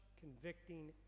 convicting